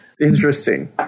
Interesting